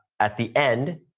at the end,